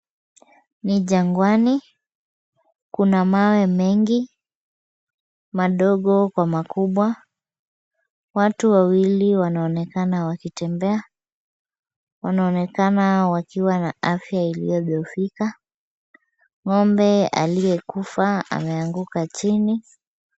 Ni jangwani. Kuna mawe mengi madogo kwa makubwa. Watu wawili wanaonekana wakitembea. Wanaonekana wakiwa na afya iliyodhohofika. Ng'ombe aliyekufa ameanguka chini.